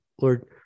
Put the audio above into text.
Lord